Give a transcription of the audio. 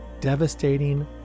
devastating